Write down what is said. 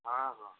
ହଁ